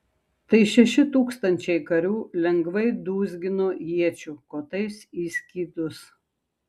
tai šeši tūkstančiai karių lengvai dūzgino iečių kotais į skydus